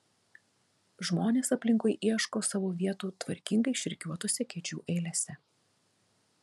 žmonės aplinkui ieško savo vietų tvarkingai išrikiuotose kėdžių eilėse